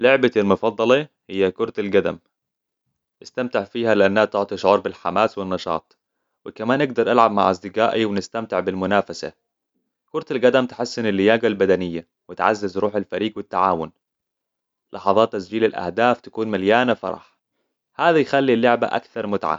لعبتي المفضلة هي كرة القدم. أستمتع فيها لأنها تعطي شعور بالحماس والنشاط. وكمان إقدر ألعب مع أصدقائي ونستمتع بالمنافسة. كرة القدم تحسن اللياقة البدنية وتعزز روح الفريق والتعاون. لحظات تسجيل الأهداف تكون مليانة فرح. هذا يخلي اللعبة أكثر متعة.